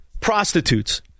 prostitutes